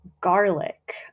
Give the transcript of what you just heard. garlic